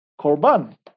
korban